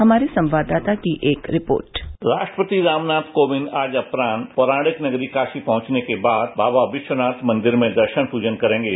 हमारे संवाददाता की एक रिपोर्ट राष्ट्रपति रामनाथ कोविंद आज अपराह पौराणिक नगरी काशी पहुंच ने बाद बाबा विस्वनाथ मंदिर में दर्शन प्रजन करेंगे